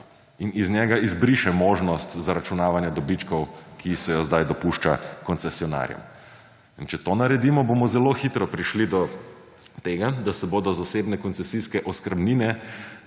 in iz njega izbriše možnost zaračunavanja dobičkov, ki se jo zdaj dopušča koncesionarjem. In če to naredimo, bomo zelo hitro prišli do tega, da se bodo zasebne koncesijske oskrbnine,